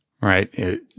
Right